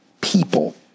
people